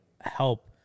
help